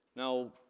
Now